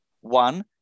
one